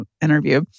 interview